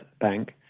Bank